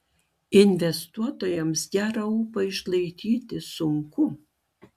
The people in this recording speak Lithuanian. investuotojams gerą ūpą išlaikyti sunku